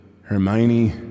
Hermione